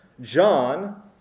John